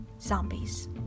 zombies